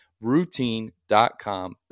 routine.com